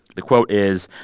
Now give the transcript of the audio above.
the quote is,